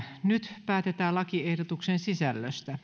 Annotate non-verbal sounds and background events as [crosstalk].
nyt päätetään lakiehdotuksen sisällöstä [unintelligible]